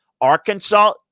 Arkansas